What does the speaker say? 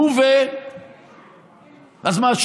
נו, אז מה?